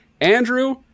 Andrew